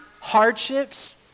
hardships